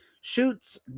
shoots